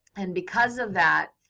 and because of that,